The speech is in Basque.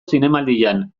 zinemaldian